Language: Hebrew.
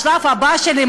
בשלב הבא שלי,